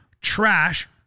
trash